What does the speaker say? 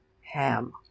ham